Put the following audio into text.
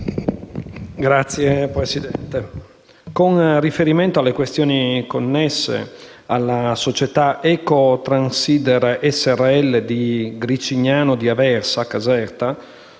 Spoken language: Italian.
Signor Presidente, con riferimento alle questioni connesse alla società Eco Transider Srl di Gricignano di Aversa (Caserta),